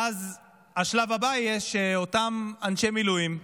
ואז השלב הבא יהיה שאותם אנשי מילואים יגידו: